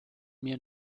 mir